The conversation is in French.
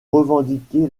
revendiqué